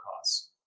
costs